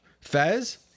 Fez